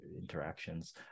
interactions